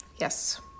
Yes